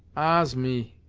ahs! me,